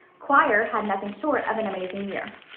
choir had nothing short of an amazing year.